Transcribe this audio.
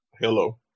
Hello